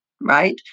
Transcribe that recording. right